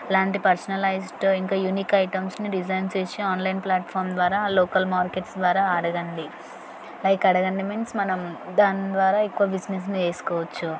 లాంటి పర్సనలైజ్డ్ ఇంకా యూనిక్ ఐటమ్స్ని డిజైన్ చేసి ఆన్లైన్ ప్లాట్ఫామ్ ద్వారా ఆ లోకల్ మార్కెట్స్ ద్వారా అడగండి లైక్ అడగండి మీన్స్ మనం దాని ద్వారా ఎక్కువ బిజినెస్ని చేసుకోవచ్చు